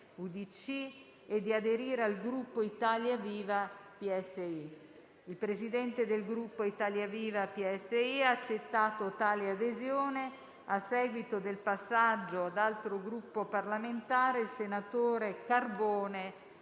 UDC e di aderire al Gruppo Italia Viva-P.S.I. Il Presidente del Gruppo Italia Viva-P.S.I. ha accettato tale adesione. A seguito del passaggio ad altro Gruppo parlamentare, il senatore Carbone